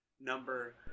number